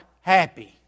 happy